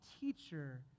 teacher